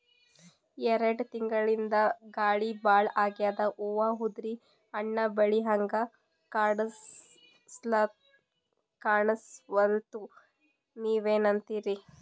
ಎರೆಡ್ ತಿಂಗಳಿಂದ ಗಾಳಿ ಭಾಳ ಆಗ್ಯಾದ, ಹೂವ ಉದ್ರಿ ಹಣ್ಣ ಬೆಳಿಹಂಗ ಕಾಣಸ್ವಲ್ತು, ನೀವೆನಂತಿರಿ?